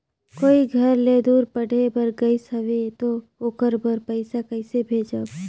कोई घर ले दूर पढ़े बर गाईस हवे तो ओकर बर पइसा कइसे भेजब?